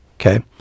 Okay